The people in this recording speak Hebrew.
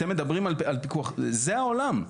אתם מדברים על פיקוח זה העולם,